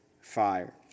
fire